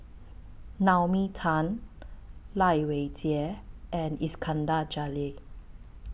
Naomi Tan Lai Weijie and Iskandar Jalil